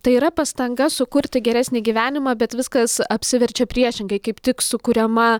tai yra pastanga sukurti geresnį gyvenimą bet viskas apsiverčia priešingai kaip tik sukuriama